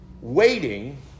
waiting